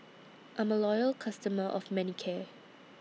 I'm A Loyal customer of Manicare